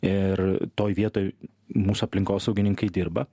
ir toj vietoj mūsų aplinkosaugininkai dirba